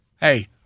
Hey